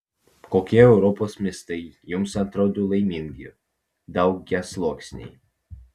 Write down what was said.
kokie europos miestai jums atrodo laimingi daugiasluoksniai